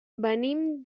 venim